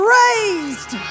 raised